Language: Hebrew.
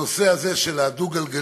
הנושא הזה של הדו-גלגלי.